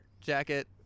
jacket